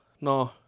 No